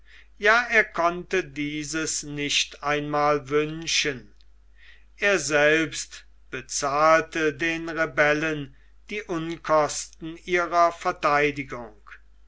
ja er konnte dieses nicht einmal wünschen er selbst bezahlte den rebellen die unkosten ihrer vertheidigung